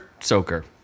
soaker